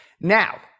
Now